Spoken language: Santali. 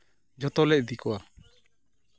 ᱡᱷᱚᱛᱚᱞᱮ ᱤᱫᱤ ᱠᱚᱣᱟ